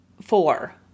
four